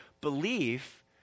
belief